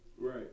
Right